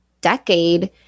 decade